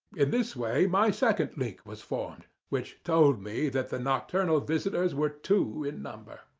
in this way my second link was formed, which told me that the nocturnal visitors were two in number,